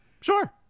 sure